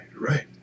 right